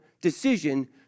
decision